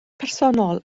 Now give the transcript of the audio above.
personol